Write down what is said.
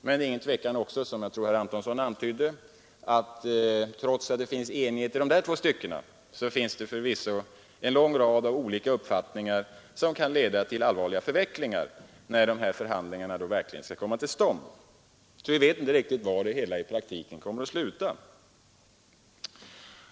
Men det är inget tvivel om, som jag tror att herr Antonsson antydde, att trots att det råder enighet i dessa två stycken så finns det förvisso en lång rad av olika uppfattningar som kan leda till allvarliga förvecklingar när förhandlingarna verkligen skall komma till stånd. Vi vet alltså inte riktigt var det hela i praktiken kommer att sluta.